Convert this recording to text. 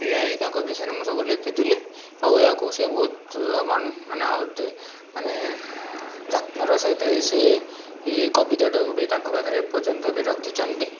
ଏହା ହିଁ ତାଙ୍କ ବିଷୟରେ ମୁଁ ସବୁ ଲେଖିଥିଲି ଆଉ ଏହାକୁ ସିଏ ବହୁତ ମାନେ ମାନେ ଯତ୍ନର ସହିତ ହିଁ ସିଏ ଇଏ କବିତାଟାକୁ ବି ତାଙ୍କ ପାଖରେ ଏପର୍ଯ୍ୟନ୍ତ ବି ରଖିଛନ୍ତି